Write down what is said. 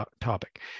topic